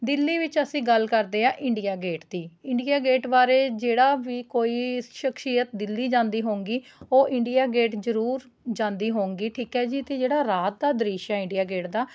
ਦਿੱਲੀ ਵਿੱਚ ਅਸੀਂ ਗੱਲ ਕਰਦੇ ਆ ਇੰਡੀਆ ਗੇਟ ਦੀ ਇੰਡੀਆ ਗੇਟ ਬਾਰੇ ਜਿਹੜਾ ਵੀ ਕੋਈ ਸ਼ਖਸੀਅਤ ਦਿੱਲੀ ਜਾਂਦੀ ਹੋਊਂਗੀ ਉਹ ਇੰਡੀਆ ਗੇਟ ਜ਼ਰੂਰ ਜਾਂਦੀ ਹੋਊਂਗੀ ਠੀਕ ਹੈ ਜੀ ਅਤੇ ਜਿਹੜਾ ਰਾਤ ਦਾ ਦ੍ਰਿਸ਼ ਹੈ ਇੰਡੀਆ ਗੇਟ ਦਾ